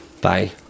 Bye